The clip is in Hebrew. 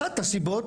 אחת הסיבות